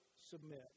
submit